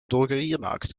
drogeriemarkt